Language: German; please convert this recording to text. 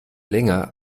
länger